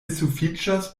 sufiĉas